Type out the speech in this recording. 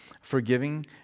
forgiving